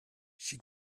she